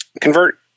convert